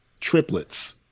triplets